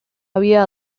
había